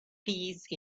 peace